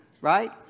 Right